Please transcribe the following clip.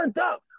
up